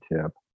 tip